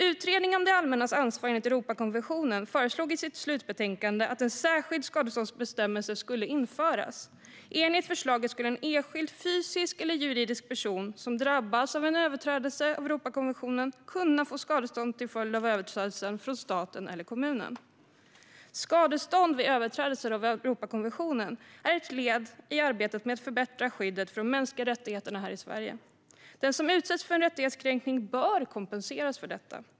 Utredningen om det allmännas ansvar enligt Europakonventionen föreslog i sitt slutbetänkande att en särskild skadeståndsbestämmelse skulle införas. Enligt förslaget skulle en enskild fysisk eller juridisk person som drabbas av en överträdelse av Europakonventionen kunna få skadestånd till följd av överträdelsen från staten eller kommunen. Skadestånd vid överträdelser av Europakonventionen är ett led i arbetet med att förbättra skyddet för de mänskliga rättigheterna här i Sverige. Den som utsätts för en rättighetskränkning bör kompenseras för detta.